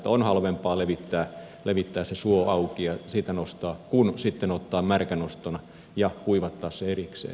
on halvempaa levittää se suo auki ja siitä nostaa kuin sitten ottaa märkänostona ja kuivattaa se erikseen